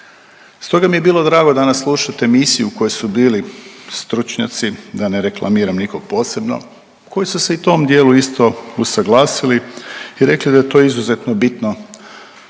Stoga mi je bilo drago danas slušat emisiju u kojoj su bili stručnjaci, da ne reklamiram nikog posebno, koji su se i u tom dijelu isto usuglasili i rekli da je to izuzetno bitno